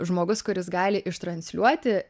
žmogus kuris gali ištransliuoti